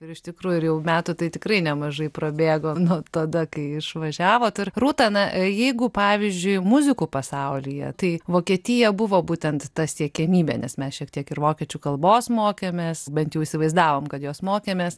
ir iš tikrųjų ir jau metų tai tikrai nemažai prabėgo nuo tada kai išvažiavot ir rūta na jeigu pavyzdžiui muzikų pasaulyje tai vokietija buvo būtent ta siekiamybė nes mes šiek tiek ir vokiečių kalbos mokėmės bent jau įsivaizdavom kad jos mokėmės